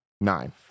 Nine